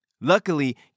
Luckily